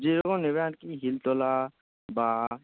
যেরকম নেবেন আর কি হিল তোলা বা